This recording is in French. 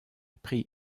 prix